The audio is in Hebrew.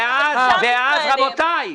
רבותי,